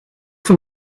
van